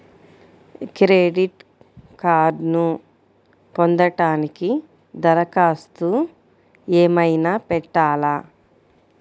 Credit కార్డ్ను పొందటానికి దరఖాస్తు ఏమయినా పెట్టాలా?